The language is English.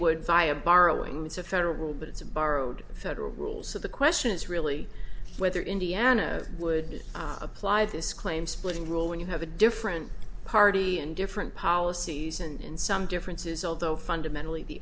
would via borrowing it's a federal but it's a borrowed federal rules so the question is really whether indiana would apply this claim splitting rule when you have a different party and different policies and some differences although fundamentally the